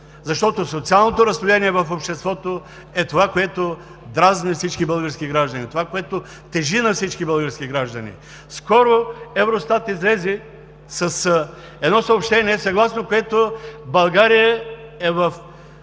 защото социалното разслоение в обществото е това, което дразни всички български граждани, това, което тежи на всички български граждани. Скоро Евростат излезе с едно съобщение, съгласно което България е в